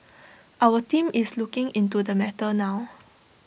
our team is looking into the matter now